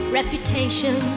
reputation